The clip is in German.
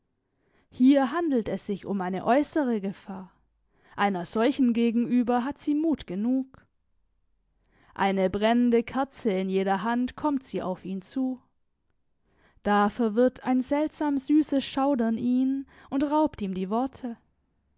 hier handelt es sich um eine äußere gefahr einer solchen gegenüber hat sie mut genug eine brennende kerze in jeder hand kommt sie auf ihn zu da verwirrt ein seltsam süßes schaudern ihn und raubt ihm die worte